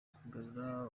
kugarura